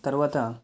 తరువాత